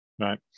Right